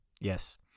Yes